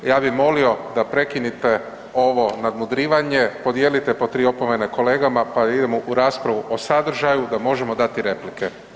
Ja bi molio da prekinete ovo nadmudrivanje, podijelite po 3 opomene kolegama, pa idemo u raspravu o sadržaju da možemo dati replike.